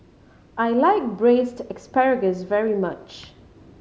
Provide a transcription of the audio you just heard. I like Braised Asparagus very much